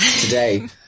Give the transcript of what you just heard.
today